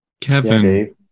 kevin